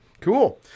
Cool